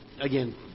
again